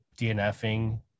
DNFing